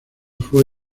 fue